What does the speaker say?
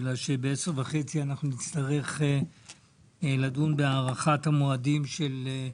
בגלל שב-10:30 אנחנו נצטרך לדון בהארכת המועדים של,